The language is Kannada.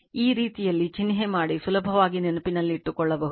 ಈ ರೀತಿಯಲ್ಲಿ ಚಿನ್ಹೆ ಮಾಡಿ ಸುಲಭವಾಗಿ ನೆನಪಿಟ್ಟುಕೊಳ್ಳಬಹುದು